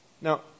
Now